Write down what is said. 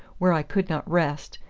where i could not rest,